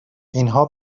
اینها